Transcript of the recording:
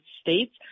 states